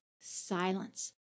silence